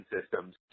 systems